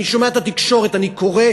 אני שומע את התקשורת, אני קורא,